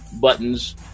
buttons